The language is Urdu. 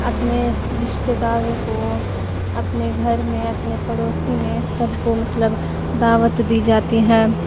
اپنے رشتے داروں کو اپنے گھر میں اپنے پڑوسی میں سب کو مطلب دعوت دی جاتی ہیں